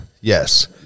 Yes